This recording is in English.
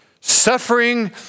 Suffering